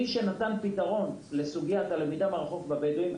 מי שנתן פתרון לסוגיית הלמידה מרחוק אצל הבדואים,